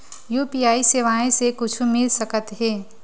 UPI सेवाएं से कुछु मिल सकत हे?